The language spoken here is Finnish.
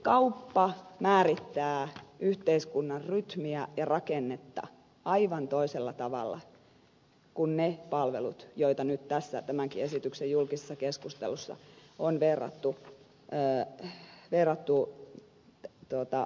kauppa määrittää yhteiskunnan rytmiä ja rakennetta aivan toisella tavalla kuin ne palvelut joita nyt tässä tämänkin esityksen julkisessa keskustelussa on verrattu kaupan palveluihin